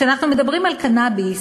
כשאנחנו מדברים על קנאביס,